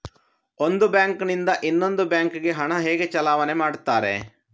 ಒಂದು ಬ್ಯಾಂಕ್ ನಿಂದ ಇನ್ನೊಂದು ಬ್ಯಾಂಕ್ ಗೆ ಹಣ ಹೇಗೆ ಚಲಾವಣೆ ಮಾಡುತ್ತಾರೆ?